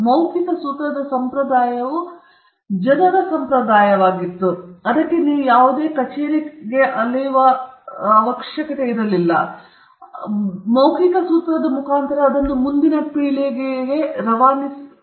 ಮೌಖಿಕ ಸೂತ್ರದ ಸಂಪ್ರದಾಯವು ಜನರ ಸಂಪ್ರದಾಯವಾಗಿದ್ದು ಅದನ್ನು ಮುಂದಿನ ಪೀಳಿಗೆಗೆ ರವಾನಿಸಿತ್ತು